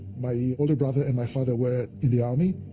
my older brother and my father were in the army,